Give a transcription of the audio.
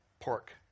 pork